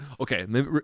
Okay